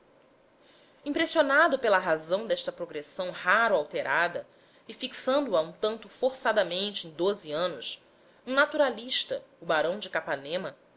impressionado pela razão desta progressão raro alterada e fixando a um tanto forçadamente em onze anos um naturalista o barão de capanema